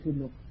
look